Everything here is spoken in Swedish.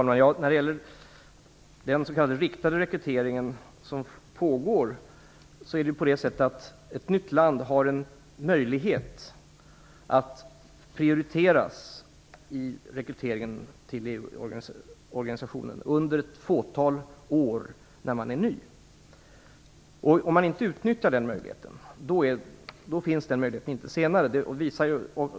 Fru talman! När det gäller den s.k. riktade rekryteringen som pågår har ett nytt land en möjlighet att prioriteras i rekryteringen till EU-organisationen under ett fåtal år. Om man inte utnyttjar den möjligheten när man är ny medlem får man inte göra det senare.